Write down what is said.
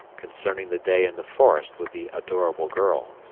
concerning the day in the forest with the adorable girl.